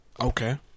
Okay